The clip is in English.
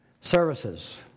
services